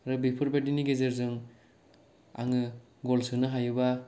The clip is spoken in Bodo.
बेफोरबायदिनि गेजेरजों आङो गल सोनो हायोबा